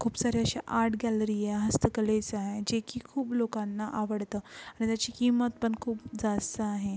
खूप सारे असे आर्ट गॅलरी आहे हस्तकलेचं आहे जे की खूप लोकांना आवडतं आणि त्याची किंमत पण खूप जास्त आहे